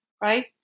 right